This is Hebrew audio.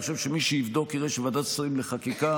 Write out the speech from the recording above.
אני חושב שמי שיבדוק יראה שוועדת שרים לחקיקה,